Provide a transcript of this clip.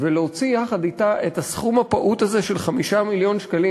ולהוציא יחד אתה את הסכום הפעוט הזה של 5 מיליון שקלים.